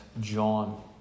John